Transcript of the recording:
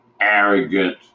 arrogant